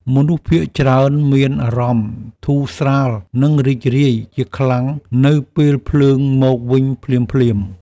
មនុស្សភាគច្រើនមានអារម្មណ៍ធូរស្រាល និងរីករាយជាខ្លាំង នៅពេលភ្លើងមកវិញភ្លាមៗ។